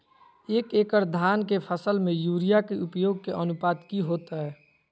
एक एकड़ धान के फसल में यूरिया के उपयोग के अनुपात की होतय?